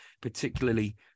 particularly